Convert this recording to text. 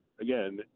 again